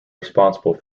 responsible